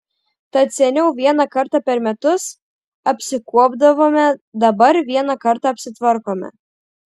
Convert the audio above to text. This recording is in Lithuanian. tad seniau vieną kartą per metus apsikuopdavome dabar vieną kartą apsitvarkome